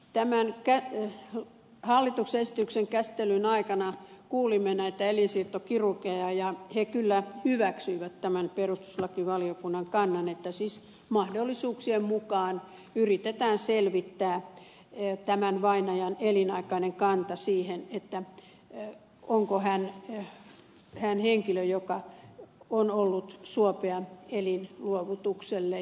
tämän hallituksen esityksen käsittelyn aikana kuulimme näitä elinsiirtokirurgeja ja he kyllä hyväksyivät tämän perustuslakivaliokunnan kannan että siis mahdollisuuksien mukaan yritetään selvittää tämän vainajan elinaikainen kanta siihen onko hän henkilö joka on ollut suopea elinluovutukselle